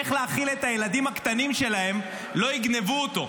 איך להאכיל את הילדים הקטנים שלהן, לא יגנבו אותו.